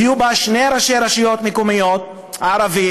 יהיו בה שני ראשי רשויות מקומיות ערבים,